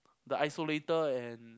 the Isolator and